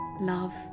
Love